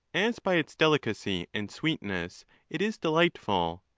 as by its delicacy and sweetness it is delightful,